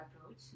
approach